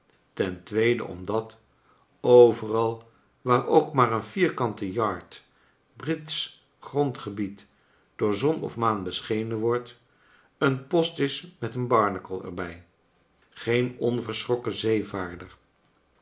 ten tweede omdat overal waar ook maar een vierkante yard britsch grondgebied door zon of maan beschenen wordt een post is met een barnacle er bij geen onverschrokken zeevaarder